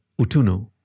Utuno